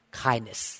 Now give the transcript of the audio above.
kindness